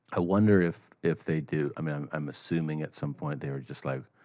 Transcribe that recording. i wonder if if they do i mean, i'm i'm assuming at some point, they were just like,